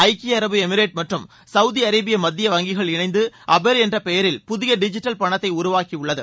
ஐக்கிய அரபு எமிரெட் மற்றும் சவுதி அரேபிய மத்திய வங்கிகள் இணைந்து அபேர் என்ற பெயரில் புதிய டிஜிட்டல் பணத்தை உருவாக்கியுள்ளனர்